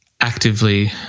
actively